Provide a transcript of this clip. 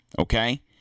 okay